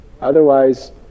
Otherwise